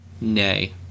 Nay